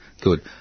Good